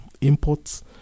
imports